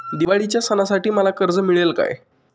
दिवाळीच्या सणासाठी मला कर्ज मिळेल काय?